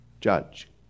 Judge